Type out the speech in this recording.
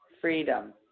freedom